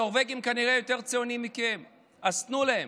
הנורבגים כנראה יותר ציונים מכם, אז תנו להם.